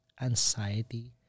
anxiety